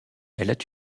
elle